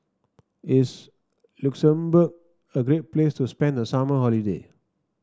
is Luxembourg a great place to spend the summer holiday